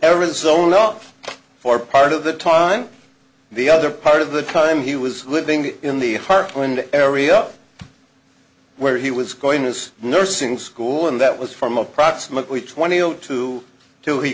arizona off for part of the time the other part of the time he was living in the heartland area where he was going was nursing school and that was from approximately twenty zero to two he